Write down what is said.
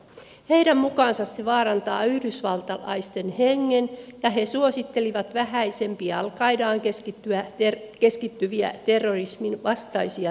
heidän mukaansa se vaarantaa yhdysvaltalaisten hengen ja he suosittelivat vähäisempiä al qaidaan keskittyviä terrorismin vastaisia toimia